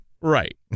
Right